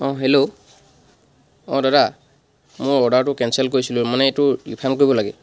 অঁ হেল্লো অঁ দাদা মোৰ অৰ্ডাৰটো কেঞ্চেল কৰিছিলোঁ মানে এইটো ৰিফাণ্ড কৰিব লাগে